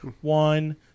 one